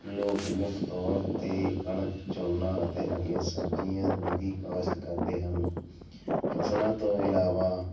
ਲੋਕ ਮੁੱਖ ਤੌਰ 'ਤੇ ਕਣਕ ਝੋਨਾ ਅਤੇ ਹਰੀਆਂ ਸਬਜ਼ੀਆਂ ਆਲੂ ਦੀ ਕਾਸ਼ਤ ਕਰਦੇ ਹਨ ਫਸਲਾਂ ਤੋਂ ਇਲਾਵਾ